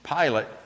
Pilate